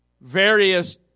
various